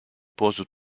posent